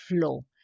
flow